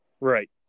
right